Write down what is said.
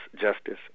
justice